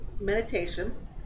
meditation